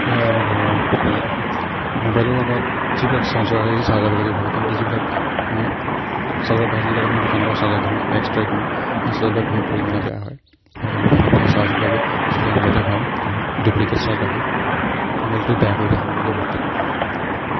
ধৰক মোবাইলৰ লগত যিবিলাক চাৰ্জাৰ আহে সেই চাৰ্জাৰবিলাকে ভাল কিন্তু আমি চাৰ্জাৰ বেয়া হ'লে যিবিলাক আমি দোকানৰ পৰা চাৰ্জাৰ কিনো এক্সট্ৰাকৈ কিনো সেই চাৰ্জাৰবিলাক বহুত পৰিমাণে বেয়া হয় গতিকে মোবাইলত সেই চাৰ্জবিলাকে চাৰ্জাৰ নিদিয়াটোৱে ভাল সেইবিলাক ডুপ্লিকেট চাৰ্জাৰ হয় মোবাইলটো বেয়া কৰি দিয়াৰ সম্ভাৱনা বহুত থাকে